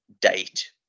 date